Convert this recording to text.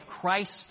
Christ